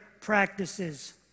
practices